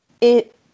It-